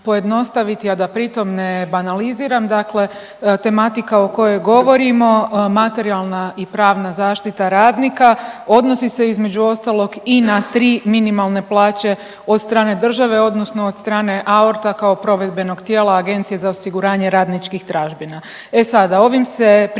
a da pritom ne banaliziram, dakle tematika o kojoj govorimo, materijalna i pravna zaštita radnika odnosi se, između ostalog i na 3 minimalne plaće od strane države, odnosno od strane AORT-a kao provedbenog tijela, Agencije za osiguranje radničkih tražbina. E sada, ovim se Prijedlogom